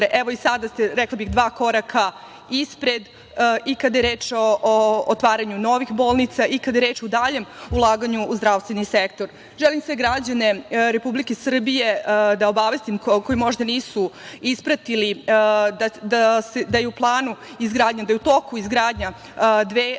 Evo, i sada ste, rekla bih, dva koraka ispred, i kada je reč o otvaranju novih bolnica i kada je reč o daljem ulaganju u zdravstveni sektor. Želim sve građane Republike Srbije da obavestim, koji možda nisu ispratili, da je u planu izgradnja, da je u toku izgradnja dve posebne